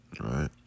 right